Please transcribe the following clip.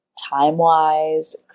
time-wise